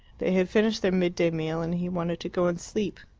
they had finished their mid-day meal, and he wanted to go and sleep.